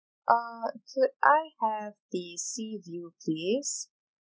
uh could I have the sea view please